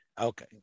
Okay